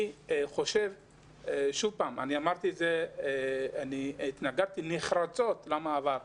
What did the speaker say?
אני התנגדתי נחרצות למעבר.